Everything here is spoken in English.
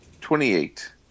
twenty-eight